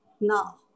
now